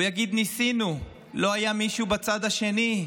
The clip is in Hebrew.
הוא יגיד: ניסינו, לא היה מישהו בצד השני.